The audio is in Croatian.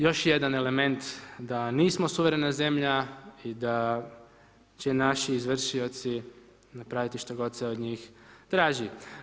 Još jedan element da nismo suverena zemlja i da će i naši izvršioci napraviti što god se od njih traži.